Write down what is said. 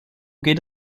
geht